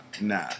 nah